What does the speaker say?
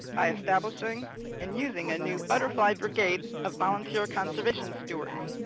by establishing and using a new butterfly brigade of volunteer conservation stewards.